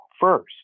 first